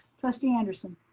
trustee anderson.